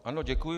Ano, děkuji.